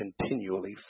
continually